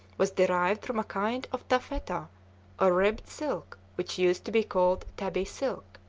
was derived from a kind of taffeta or ribbed silk which used to be called tabby silk.